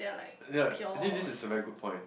ya I think this is a very good point